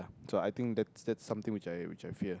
so I think that's that's something which I which I fear